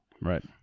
Right